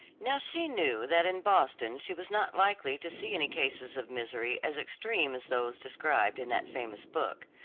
now she knew that in boston she was not likely to see any cases of misery as extreme as those described in that famous book,